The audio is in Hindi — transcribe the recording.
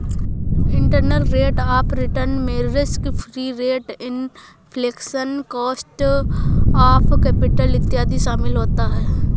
इंटरनल रेट ऑफ रिटर्न में risk free rate, inflation, cost of capital इत्यादि शामिल होता है